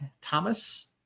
Thomas